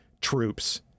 troops